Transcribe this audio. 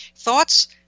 Thoughts